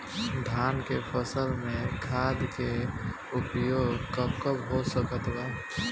धान के फसल में खाद के उपयोग कब कब हो सकत बा?